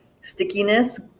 stickiness